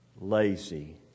lazy